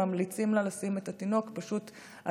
ממליצים לה לשים את התינוק על הגוף.